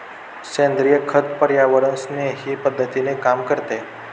सेंद्रिय खत पर्यावरणस्नेही पद्धतीने काम करते